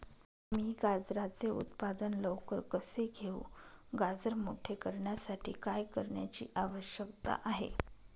मी गाजराचे उत्पादन लवकर कसे घेऊ? गाजर मोठे करण्यासाठी काय करण्याची आवश्यकता आहे?